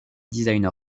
designer